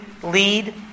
lead